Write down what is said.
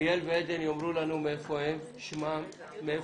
יאמרו לנו מאיפה הן בארץ.